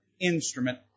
instrument